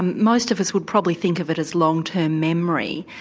most of us would probably think of it as long term memory.